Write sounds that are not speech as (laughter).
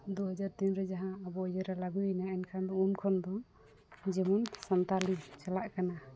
ᱫᱩ ᱦᱟᱡᱟᱨ ᱛᱤᱱ ᱨᱮ ᱡᱟᱦᱟᱸ (unintelligible) ᱞᱟᱹᱜᱩᱭᱮᱱᱟ ᱮᱱᱠᱷᱟᱱ ᱫᱚ ᱩᱱ ᱠᱷᱚᱱᱫᱚ ᱡᱮᱢᱚᱱ ᱥᱟᱱᱛᱟᱞᱤ ᱪᱟᱞᱟᱜ ᱠᱟᱱᱟ